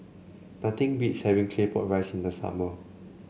nothing beats having Claypot Rice in the summer